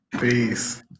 Peace